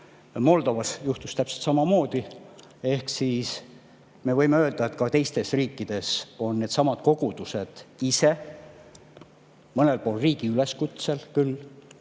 Moldovas juhtus täpselt samamoodi. Ehk me võime öelda, et ka teistes riikides on needsamad kogudused ise – mõnel pool küll riigi üleskutsel –